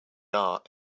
art